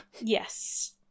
Yes